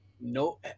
no